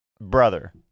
brother